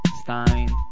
Stein